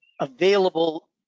available